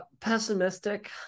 Pessimistic